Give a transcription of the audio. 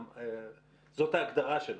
זאת ההגדרה שלך.